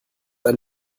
ein